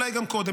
אולי גם קודם.